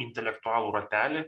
intelektualų ratelį